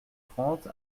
trente